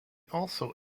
also